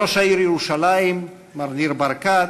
ראש העיר ירושלים מר ניר ברקת,